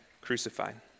crucified